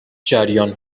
جریان